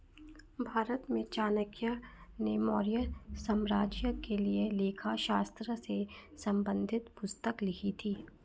भारत में चाणक्य ने मौर्य साम्राज्य के लिए लेखा शास्त्र से संबंधित पुस्तक लिखी थी